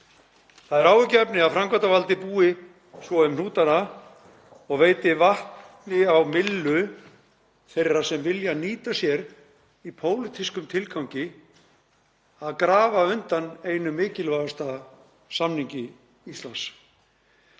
Það er áhyggjuefni að framkvæmdarvaldið búi svo um hnútana og veiti vatni á myllu þeirra sem vilja nýta sér í pólitískum tilgangi að grafa undan einum mikilvægasta samningi Íslands.